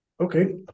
Okay